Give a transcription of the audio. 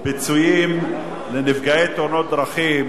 הצעת חוק פיצויים לנפגעי תאונות דרכים,